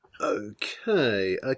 Okay